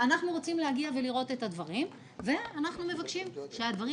אנחנו רוצים להגיע ולראות את הדברים ואנחנו מבקשים שהדברים